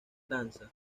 danza